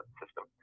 system